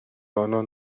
آنان